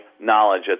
knowledge